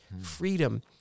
freedom